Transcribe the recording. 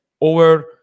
over